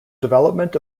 development